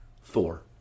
four